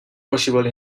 possible